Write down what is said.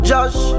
Josh